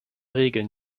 regeln